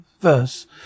verse